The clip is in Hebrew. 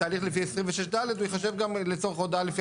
תהליך לפי 26ד הוא ייחשב גם לצורך ההודעה לפי